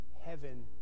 heaven